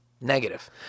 negative